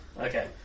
Okay